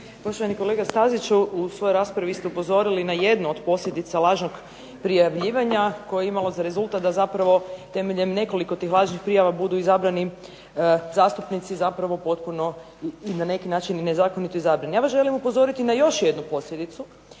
Poštovani kolega Staziću u svojoj raspravi vi ste upozorili na jednu od posljedica lažnog prijavljivanja koje je imalo za rezultat da zapravo temeljem nekoliko tih lažnih prijava budu izabrani zastupnici zapravo potpuno i na neki način i nezakonito izabrani. Ja vas želim upozoriti na još jednu posljedicu